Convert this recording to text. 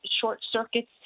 short-circuits